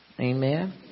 amen